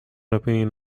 opinion